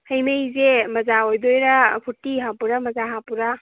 ꯍꯩ ꯃꯍꯤꯁꯦ ꯃꯖꯥ ꯑꯣꯏꯗꯣꯏꯔꯥ ꯐ꯭ꯔꯨꯇꯤ ꯍꯥꯞꯄꯨꯔꯥ ꯃꯖꯥ ꯍꯥꯞꯄꯨꯔꯥ